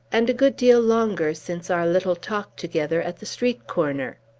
and a good deal longer since our little talk together at the street corner.